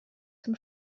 zum